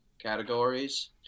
categories